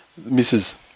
Mrs